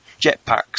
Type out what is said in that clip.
jetpacks